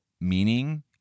meaning